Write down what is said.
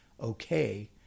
okay